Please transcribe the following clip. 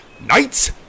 Knights